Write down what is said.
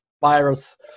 virus